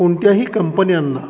कोणत्याही कंपन्यांना